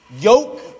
yoke